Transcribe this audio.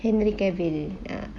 henry cavill ah